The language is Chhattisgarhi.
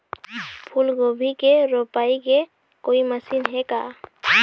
फूलगोभी के रोपाई के कोई मशीन हे का?